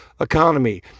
economy